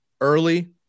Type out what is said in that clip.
early